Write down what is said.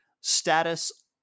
Status